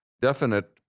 definite